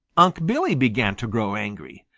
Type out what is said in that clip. unc' billy began to grow angry.